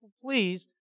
pleased